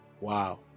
Wow